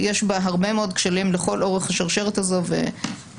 יש בה הרבה מאוד כשלים לכל אורך השרשרת הזו ואנחנו